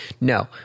No